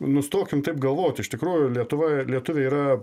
nustokim taip galvot iš tikrųjų lietuva lietuviai yra